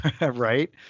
Right